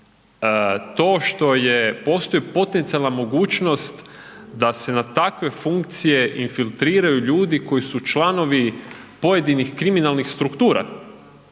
to što postoji potencijalna mogućnost da se na takve funkcije infiltriraju ljudi koji su članovi pojedinih kriminalnih struktura.